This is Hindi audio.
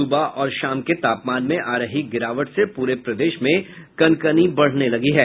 सुबह और शाम के तापमान में आ रही गिरावट से पूरे प्रदेश में कनकनी बढ़ने लगी है